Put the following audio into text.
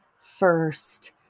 first